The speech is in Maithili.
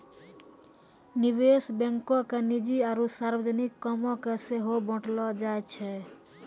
निवेश बैंको के निजी आरु सार्वजनिक कामो के सेहो बांटलो जाय छै